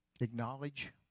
Acknowledge